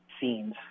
scenes